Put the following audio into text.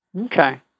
Okay